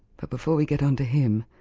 but before we get on to him,